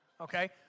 Okay